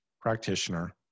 practitioner